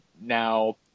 now